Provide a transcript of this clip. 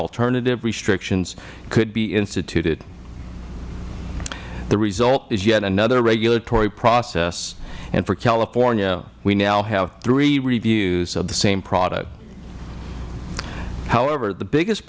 restrictions could be instituted the result is yet another regulatory process and for california we now have three reviews of the same product however the biggest